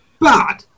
Bad